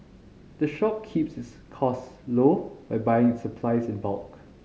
the shop keeps its costs low by buying its supplies in bulk